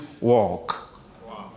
walk